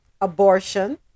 abortion